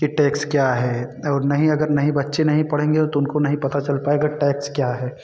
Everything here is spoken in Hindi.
की टैक्स क्या है और नहीं अगर नहीं बच्चे नहीं पढ़ेंगे और तो उनको नहीं पता चल पाएगा टैक्स क्या है